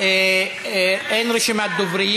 אין רשימת דוברים.